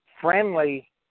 friendly